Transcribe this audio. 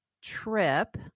trip